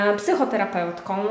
psychoterapeutką